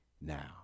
now